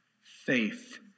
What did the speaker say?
faith